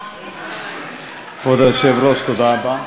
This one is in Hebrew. כבוד היושב-ראש, תודה רבה,